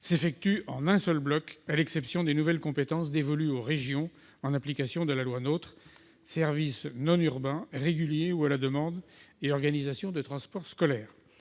s'effectue en un seul bloc, à l'exception des nouvelles compétences dévolues aux régions en application de la loi NOTRe : services non urbains, réguliers ou à la demande, et organisation des transports scolaires.